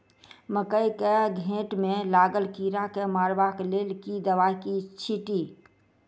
मकई केँ घेँट मे लागल कीड़ा केँ मारबाक लेल केँ दवाई केँ छीटि?